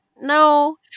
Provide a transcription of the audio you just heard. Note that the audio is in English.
No